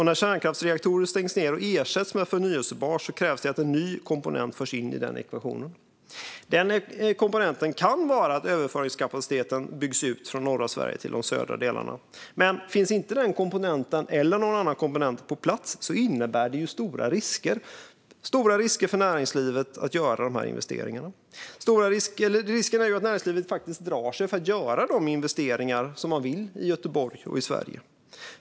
När kärnkraftsreaktorer stängs ned och ersätts med förnybart krävs att en ny komponent förs in i ekvationen. Den komponenten kan vara att överföringskapaciteten byggs ut från norra Sverige till de södra delarna. Men finns inte den komponenten eller någon annan komponent på plats innebär det stora risker för näringslivet att göra de här investeringarna. Risken är att näringslivet faktiskt drar sig för att göra de investeringar som man vill göra i Göteborg och i Sverige.